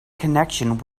connection